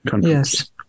Yes